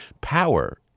power